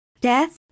death